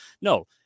no